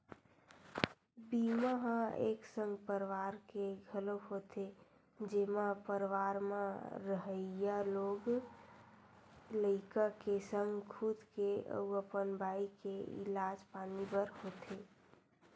बीमा ह एक संग परवार के घलोक होथे जेमा परवार म रहइया लोग लइका के संग खुद के अउ अपन बाई के इलाज पानी बर होथे